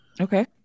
Okay